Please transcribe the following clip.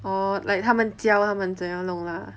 orh like 他们教他们怎样弄 lah